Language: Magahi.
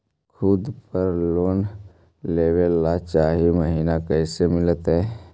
खूत पर लोन लेबे ल चाह महिना कैसे मिलतै?